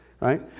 right